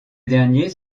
derniers